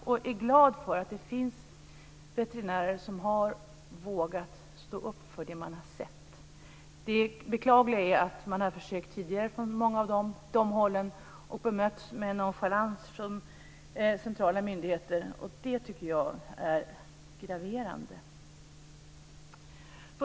Jag är glad för att det finns veterinärer som har vågat stå upp för det man har sett. Det beklagliga är att man har försökt tidigare från det hållet och bemötts med nonchalans från centrala myndigheter. Det tycker jag är graverande.